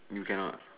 you cannot